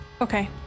Okay